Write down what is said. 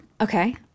Okay